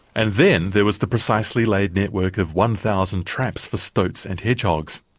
and then there was the precisely laid network of one thousand traps for stoats and hedgehogs.